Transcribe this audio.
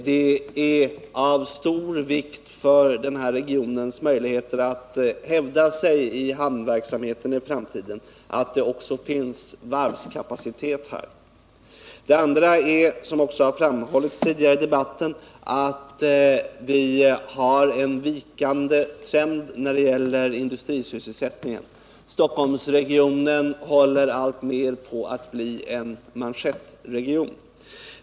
Det är av stor vikt för denna regions möjligheter att hävda sig i hamnverksamheten i framtiden att det också finns varvskapacitet här. För det andra har vi, som också har framhållits tidigare i debatten, en vikande trend när det gäller industrisysselsättningen. Stockholmsregionen håller alltmer på att bli en manschettregion.